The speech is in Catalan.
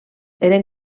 eren